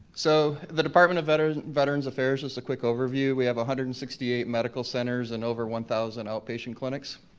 so the department of veterans veterans affairs, as a quick overview, we have one hundred and sixty eight medical centers and over one thousand outpatient clinics.